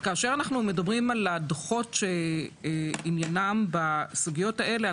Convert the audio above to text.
כאשר אנחנו מדברים על הדוחות שעניינם בסוגיות האלה,